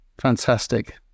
fantastic